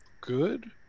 good